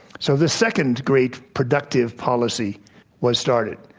so, this second great productive policy was started,